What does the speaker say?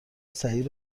صحیح